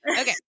Okay